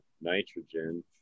nitrogen